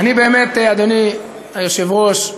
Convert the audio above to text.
אדוני היושב-ראש,